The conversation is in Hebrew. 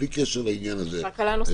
בלי קשר לעניין שאת העלית.